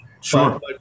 Sure